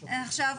עכשיו,